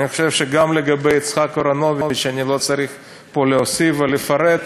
אני חושב שגם לגבי יצחק אהרונוביץ אני לא צריך פה להוסיף ולפרט,